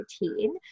routine